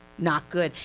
not good,